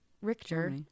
richter